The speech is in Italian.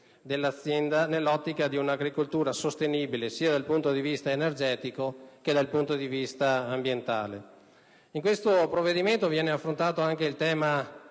dell'azienda nell'ottica di un'agricoltura sostenibile, sia dal punto di vista energetico che ambientale. In questo provvedimento viene affrontato anche il tema